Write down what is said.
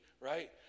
right